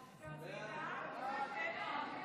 הצעת חוק בינוי ופינוי של